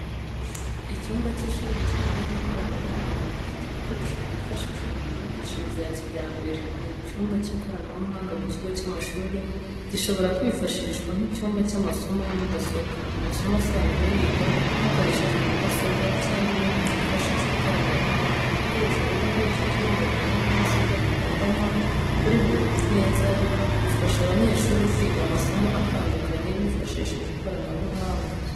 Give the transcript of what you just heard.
Icyumba cy’ishuri kijyanye n’ikoranabuhanga gifite ibikoresho byifashishwa mu myigishirize ya kijyambere. Ni icyumba cy’ikoranabuhanga mu kigo cy’amashuri gishobora kwifashishwa nk’icyumba cy’amasomo ya mudasobwa, amasomo asanzwe yigwa hakoreshejwe mudasobwa, cyangwa ibindi byifashisha ikoranabuhanga. Ibikoresho biri muri icyo cyumba birimo mudasobwa zigendanwa kuri buri meza bifasha abanyeshuri kwiga amasomo atandukanye bifashishije ikoranabuhanga.